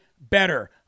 better